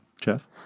Jeff